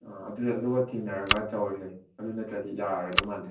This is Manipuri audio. ꯑꯥ ꯑꯗꯨꯗ ꯑꯗꯨꯒ ꯊꯦꯡꯅꯔꯒ ꯇꯧꯔꯁꯦ ꯑꯗꯨ ꯅꯠꯇ꯭ꯔꯗꯤ ꯌꯥꯔꯔꯣꯏꯗꯧ ꯃꯥꯟꯗ꯭ꯔꯦ